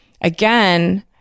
again